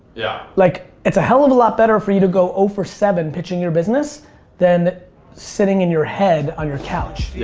yeah like, it's a hell of a lot better for you to go zero for seven pitching your business than sitting in your head on your couch.